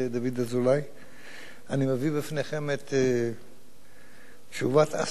אני מביא בפניכם את תשובת השר הממונה כלשונה,